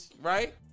right